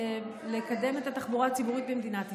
לקדם את התחבורה הציבורית במדינת ישראל.